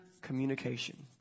communication